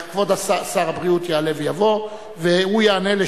כבוד שר הבריאות יעלה ויבוא ויענה על